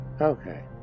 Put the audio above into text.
Okay